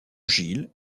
gilles